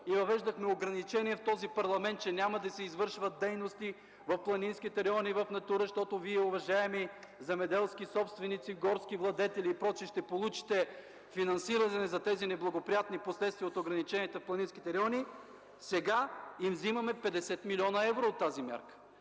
и въвеждахме ограничение в този парламент, че няма да се извършват дейности в планинските райони в Натура, защото Вие, уважаеми земеделски собственици, горски владетели и прочие, ще получите финансиране за тези неблагоприятни последствия от ограничените планински райони, сега им вземаме 50 милиона евро от тази мярка